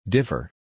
Differ